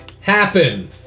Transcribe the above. happen